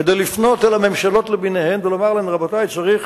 כדי לפנות לממשלות למיניהן ולומר להן: צריך